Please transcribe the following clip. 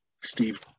Steve